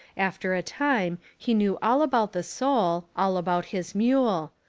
after a time he knew all about the soul, all about his mule,